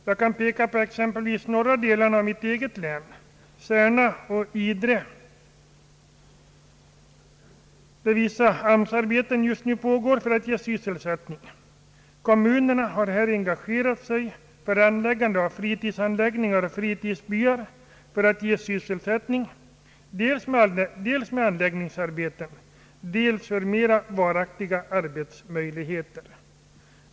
Jag kan exempelvis peka på norra delarna av mitt eget län, Särna och Idre, där vissa AMS arbeten nu pågår i syfte att bereda sysselsättning. Kommunerna har här engagerat sig för byggande av fritidsanläggningar och fritidsbyar för att skapa sysselsättningsmöjligheter, dels med anläggningsarbeten och dels för mer varaktiga arbeismöjligheter.